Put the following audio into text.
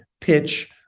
pitch